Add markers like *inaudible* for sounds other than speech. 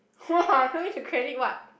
*laughs* !wah! want me to credit what